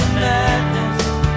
madness